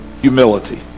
Humility